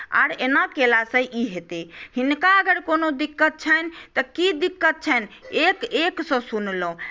आर एना कयलासँ ई हेतै हिनका अगर कोनो दिक्कत छनि तऽ की दिक्कत छनि एक एकसँ सुनलहुँ